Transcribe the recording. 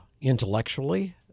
intellectually